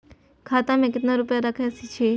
खाता में केतना रूपया रैख सके छी?